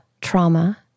trauma